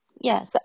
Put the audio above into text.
Yes